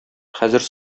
хәзер